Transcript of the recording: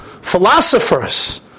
philosophers